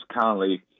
currently